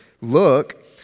Look